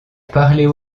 parler